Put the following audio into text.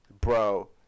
Bro